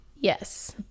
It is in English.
yes